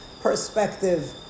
perspective